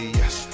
yes